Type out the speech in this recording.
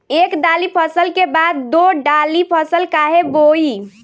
एक दाली फसल के बाद दो डाली फसल काहे बोई?